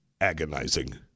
agonizing